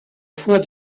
fois